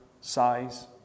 size